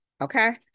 okay